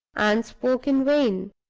and spoke in vain.